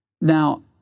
Now